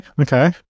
okay